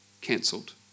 cancelled